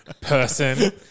person